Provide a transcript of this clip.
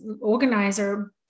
organizer